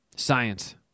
Science